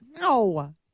No